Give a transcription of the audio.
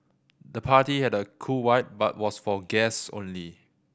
the party had a cool vibe but was for guests only